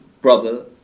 brother